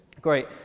Great